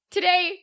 Today